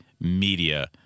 media